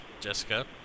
Jessica